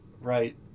right